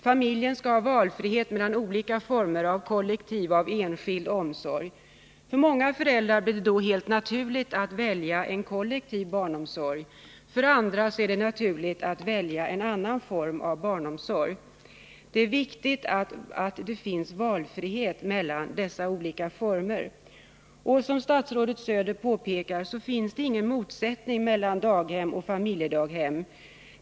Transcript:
Familjen skall ha valfrihet mellan olika former av kollektiv och enskild omsorg. För många föräldrar blir det då helt naturligt att välja en kollektiv barnomsorg. För andra är det naturligt att välja en annan form av barnomsorg. Det är viktigt att det finns valfrihet mellan dessa olika former. Och som statsrådet Söder påpekar finns det ingen motsättning mellan daghem och familjedaghem.